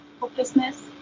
hopelessness